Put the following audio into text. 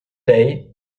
day